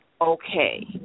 okay